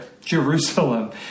Jerusalem